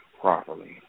properly